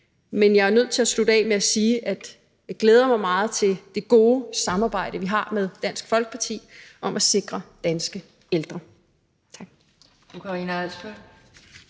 Men jeg er nødt til at slutte af med at sige, at jeg glæder mig meget over det gode samarbejde, vi har med Dansk Folkeparti, om at sikre danske ældre.